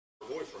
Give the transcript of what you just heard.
boyfriend